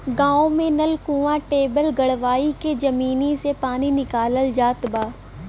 गांव में नल, कूंआ, टिबेल गड़वाई के जमीनी से पानी निकालल जात बा